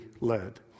led